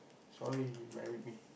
sorry you married me